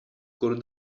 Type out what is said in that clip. kur